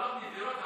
מחלות נדירות,